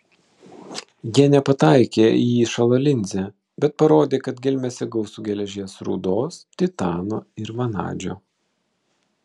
jie nepataikė į įšalo linzę bet parodė kad gelmėse gausu geležies rūdos titano ir vanadžio